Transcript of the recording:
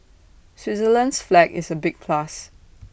Switzerland's flag is A big plus